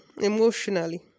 emotionally